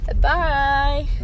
Bye